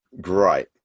great